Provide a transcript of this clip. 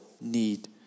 need